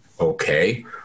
okay